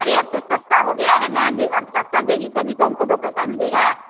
अरे अब तो सस्ता हो गया है ना दे आप सस्ता देंगी तभी तो हमको दो पैसा मिलेगा